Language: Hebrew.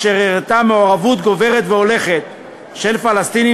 אשר הראתה מעורבות גוברת והולכת של פלסטינים